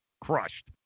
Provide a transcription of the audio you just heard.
Crushed